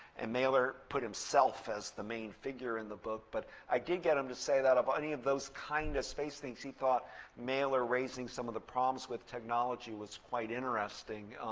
and mailer put himself as the main figure in the book, but i did get him to say that about any of those kind of space things, he thought mailer raising some of the problems with technology was quite interesting.